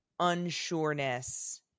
unsureness –